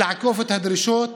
לעקוף את הדרישות